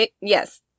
Yes